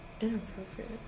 Inappropriate